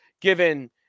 given